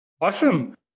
Awesome